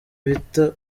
bita